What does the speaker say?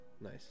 Nice